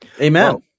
Amen